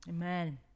amen